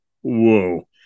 Whoa